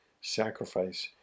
sacrifice